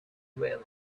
well